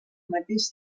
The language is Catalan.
mateix